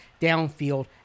downfield